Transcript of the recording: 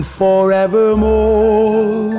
forevermore